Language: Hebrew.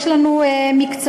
יש לנו מקצועות,